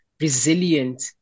resilient